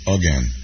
again